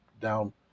down